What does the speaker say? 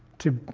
to